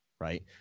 right